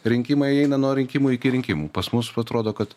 rinkimai eina nuo rinkimų iki rinkimų pas mus atrodo kad